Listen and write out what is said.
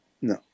No